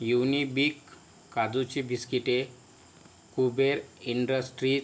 युनिबिक काजूची बिस्किटे कुबेर इंडस्ट्रीज